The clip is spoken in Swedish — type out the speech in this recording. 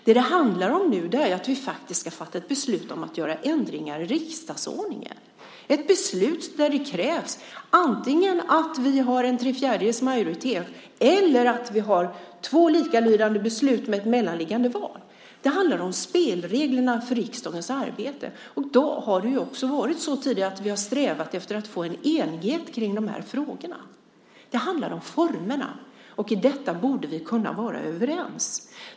Det handlar om att vi faktiskt ska fatta ett beslut om att göra ändringar i riksdagsordningen, ett beslut där det krävs antingen att vi har en tre fjärdedels majoritet eller att vi har två likalydande beslut med ett mellanliggande val. Det handlar om spelreglerna för riksdagens arbete. Det har tidigare varit så att vi har strävat efter att nå enighet i dessa frågor. Det handlar om formerna, och om detta borde vi kunna vara överens.